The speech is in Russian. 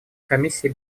комиссии